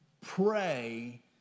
pray